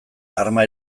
arma